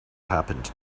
happened